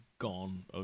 Gone